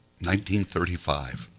1935